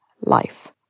life